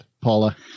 Paula